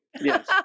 Yes